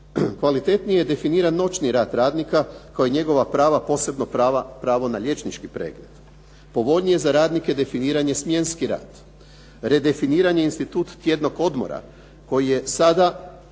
Kvalitetnije je definiran noćni rad radnika kao i njegova prava, posebno pravo na liječnički pregled. Povoljnije je za radnike definiran smjenski rad. Redefiniran je institut tjednog odmora koji je sada